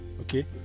okay